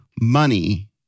money